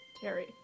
Terry